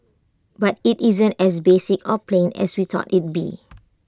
but IT isn't as basic or plain as we thought it'd be